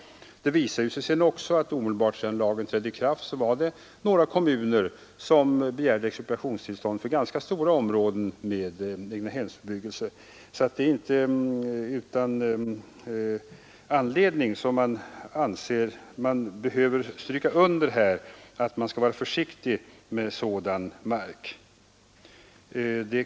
Det visade sig också att omedelbart efter det att lagen trätt i kraft var det några kommuner som begärde expropriationstillstånd för ganska stora områden med egnahemsbebyggelse. Det är alltså inte utan anledning som vi stryker under här att man skall vara försiktig med sådan mark.